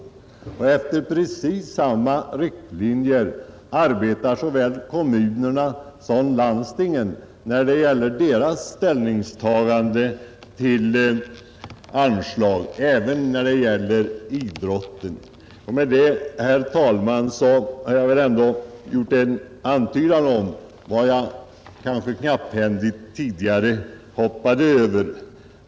Efter precis samma riktlinjer arbetar såväl kommunerna som landstingen när det gäller deras ställningstaganden till anslag — även i fråga om idrotten. Med detta, herr talman, har jag väl ändå gjort en antydan om vad jag i min knapphändighet kanske tidigare hoppade över.